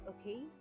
okay